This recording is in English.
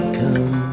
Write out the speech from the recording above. come